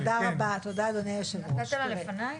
אדוני היושב-ראש,